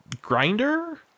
grinder